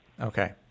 Okay